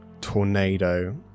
tornado